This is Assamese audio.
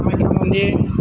কামাখ্যা মন্দিৰ